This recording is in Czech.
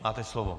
Máte slovo.